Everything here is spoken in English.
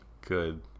Good